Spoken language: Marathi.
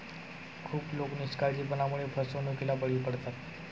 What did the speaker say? खूप लोक निष्काळजीपणामुळे फसवणुकीला बळी पडतात